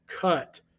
cut